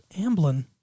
Amblin